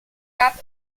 gab